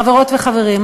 חברות וחברים,